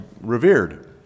revered